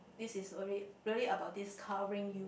this is a rea~ really about discovering you